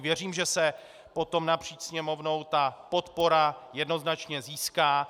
Věřím, že se potom napříč Sněmovnou ta podpora jednoznačně získá.